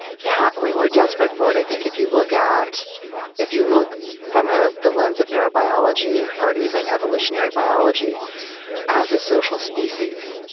yeah we're desperate for it. i think if you look at if you look from ah the lens of neuro-biology or even evolutionary biology as a social species,